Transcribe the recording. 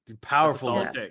powerful